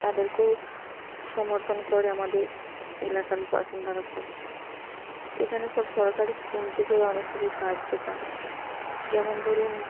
তাদেরকেও সমর্থন করে আমাদের এলাকার বাসিন্দারা সব এখানে সব সরকারি স্কিম থেকেই অনেক কিছু সাহায্য পান যেমন ধরুন